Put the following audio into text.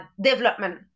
development